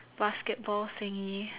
basketball thingy